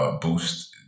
boost